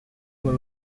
were